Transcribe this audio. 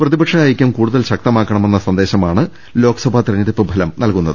പ്രതിപക്ഷ ഐക്യം കൂടു തൽ ശക്തമാക്കണമെന്ന സന്ദേശമാണ് ലോക്സഭാ തെരഞ്ഞെടുപ്പ് ഫലം നൽകുന്നത്